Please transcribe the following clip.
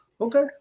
okay